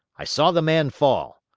i saw the man fall.